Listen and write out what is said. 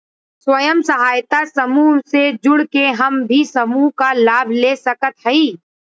स्वयं सहायता समूह से जुड़ के हम भी समूह क लाभ ले सकत हई?